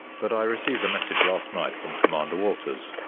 but i received a message last night from commander walters.